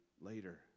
later